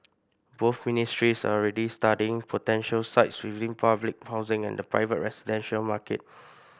both ministries are already studying potential sites within public housing and the private residential market